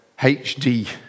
HD